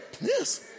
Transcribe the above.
Yes